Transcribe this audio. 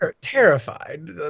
terrified